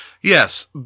Yes